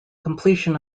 completion